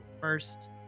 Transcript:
first